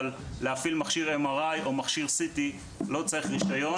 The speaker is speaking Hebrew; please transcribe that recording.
אבל בשביל להפעיל מכשיר MRI או מכשיר CT לא צריך רישיון.